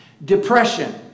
Depression